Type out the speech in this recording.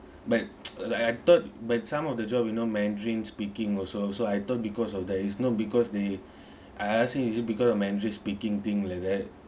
but like I thought but some of the job you know mandarin speaking also so I thought because of that it's not because they I asking is it because of mandarin speaking thing like that